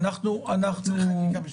לא צריך חקיקה בשביל זה.